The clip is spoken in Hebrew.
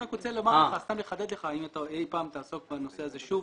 וסתם לחדד לך אם אי פעם תעסוק בנושא הזה שוב.